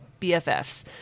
BFFs